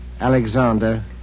Alexander